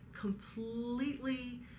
completely